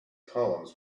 poems